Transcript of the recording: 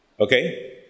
Okay